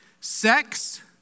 Sex